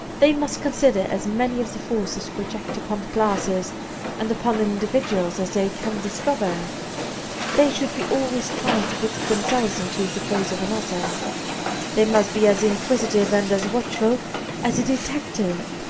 they must consider as many of the forces which act upon classes and upon individuals as they can discover they should be always trying to put themselves into the place of another they must be as inquisitive and as watchful as a detec tive,